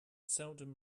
seldom